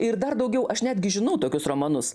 ir dar daugiau aš netgi žinau tokius romanus